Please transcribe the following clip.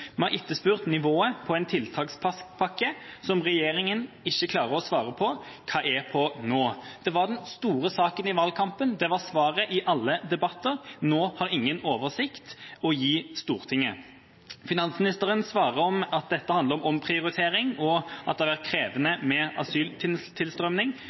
Vi har etterspurt nivået på en tiltakspakke som regjeringa ikke klarer å svare hva er på nå. Det var den store saken i valgkampen, det var svaret i alle debatter, og nå har ingen en oversikt å gi Stortinget. Finansministeren svarer at dette handler om omprioritering, og at det har vært krevende med